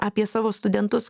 apie savo studentus